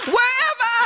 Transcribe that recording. Wherever